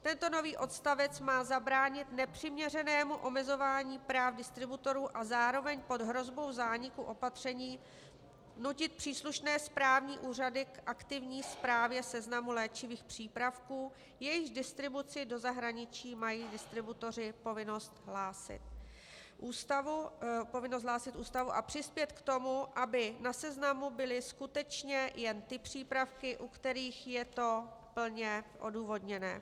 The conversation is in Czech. Tento nový odstavec má zabránit nepřiměřenému omezování práv distributorů a zároveň pod hrozbou zániku opatření nutit příslušné správní úřady k aktivní správě seznamu léčivých přípravků, jejichž distribuci do zahraničí mají distributoři povinnost hlásit ústavu, a přispět k tomu, aby na seznamu byly skutečně jen ty přípravky, u kterých je to plně odůvodněné.